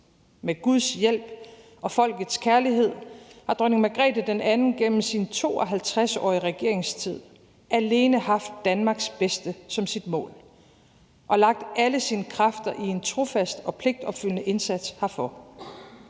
Med Guds hjælp og folkets kærlighed har Dronning Margrethe den Anden gennem sin 52-årige regeringstid alene haft Danmarks bedste som sit mål og lagt alle sine kræfter i en trofast og pligtopfyldende indsats herfor.